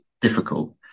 difficult